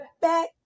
back